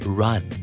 run